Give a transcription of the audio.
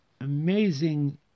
amazing